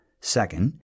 Second